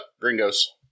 gringos